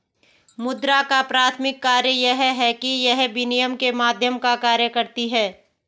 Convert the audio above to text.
मुद्रा का प्राथमिक कार्य यह है कि यह विनिमय के माध्यम का कार्य करती है